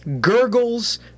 gurgles